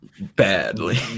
badly